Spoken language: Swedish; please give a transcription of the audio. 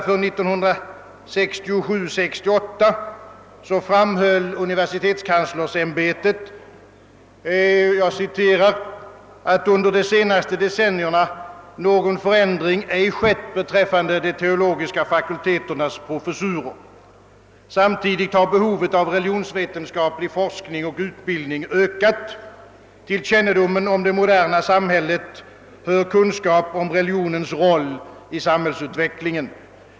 för 1967/68 framhöll universitetskanslersämbetet att »under de senaste decennierna någon förändring ej har skett beträffande de teologiska fakulteternas professurer. Samtidigt har behovet av religionsvetenskaplig forskning "och utbildning ökat. ——— Till kännedom om : det moderna samhället hör sålunda kunskap om religionens roll i samhällsutvecklingen.